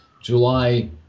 July